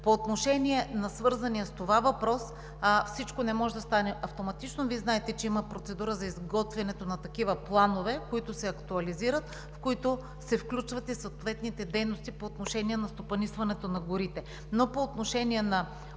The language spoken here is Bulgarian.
По отношение на свързания с това въпрос – всичко не може да стане автоматично. Вие знаете, че има процедура за изготвянето на такива планове, които се актуализират, в които се включват и съответните дейности по отношение на стопанисването на горите. Но по отношение на